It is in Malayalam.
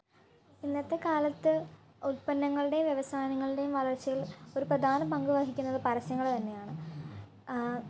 ഇന്നത്തെ കാലത്ത് ഉല്പന്നങ്ങളുടെയും വ്യവസായങ്ങളുടെയും വളർച്ചയിൽ ഒരു പ്രധാന പങ്ക് വഹിയ്ക്കുന്നത് പരസ്യങ്ങള് തന്നെയാണ്